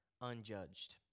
unjudged